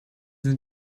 sind